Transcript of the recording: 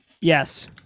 Yes